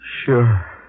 Sure